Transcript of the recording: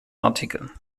artikel